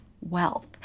wealth